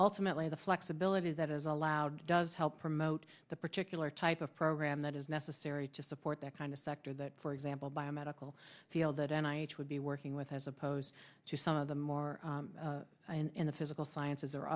ultimately the flexibility that is allowed does help promote the particular type of program that is necessary to support that kind of sector that for example bio medical field and i would be working with as opposed to some of the more in the physical sciences or